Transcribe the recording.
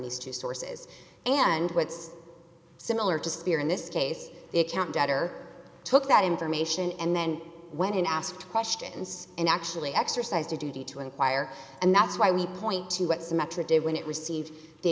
these two sources and what's similar to spear in this case the account debtor took that information and then went and asked questions and actually exercised a duty to enquire and that's why we point to what symmetric did when it received the